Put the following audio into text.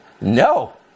No